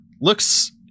Looks